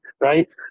right